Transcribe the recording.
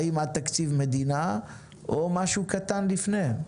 האם בתקציב מדינה או משהו קטן לפני.